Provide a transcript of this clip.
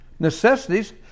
Necessities